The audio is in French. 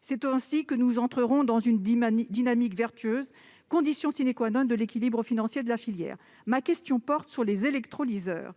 C'est ainsi que nous entrerons dans une dynamique vertueuse, condition de l'équilibre financier de la filière. Ma question porte sur les électrolyseurs.